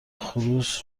خروس